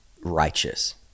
righteous